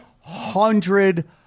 hundred